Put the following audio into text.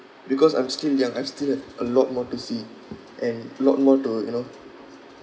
because I'm still young I still have a lot more to see and a lot more to you know